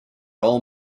own